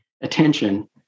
attention